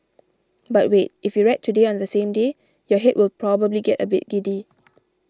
but wait if you read Today on the same day your head will probably get a bit giddy